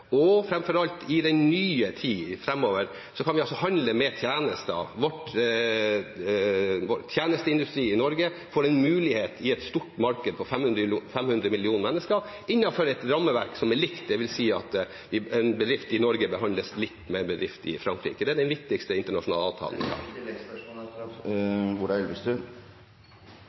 og framfor alt kan vi altså i den nye tid framover handle med tjenester. Tjenesteindustrien i Norge får en mulighet i et stort marked på 500 mill. mennesker, innenfor et rammeverk som er likt, dvs. at en bedrift i Norge behandles likt med en bedrift i Frankrike. Det er den viktigste internasjonale avtalen vi har. Ola Elvestuen – til neste oppfølgingsspørsmål. I det innledende spørsmålet ble det referert til en nyhetsmelding fra